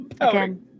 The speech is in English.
again